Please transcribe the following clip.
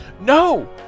No